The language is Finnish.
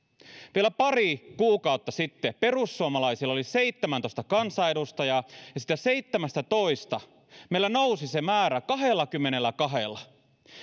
vielä pari kuukautta sitten perussuomalaisilla oli seitsemäntoista kansanedustajaa ja siitä seitsemästätoista meillä nousi se määrä kahdellakymmenelläkahdella